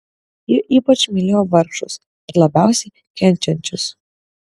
ji ypač mylėjo vargšus ir labiausiai kenčiančius